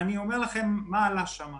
אני אומר לכם מה עלה שם.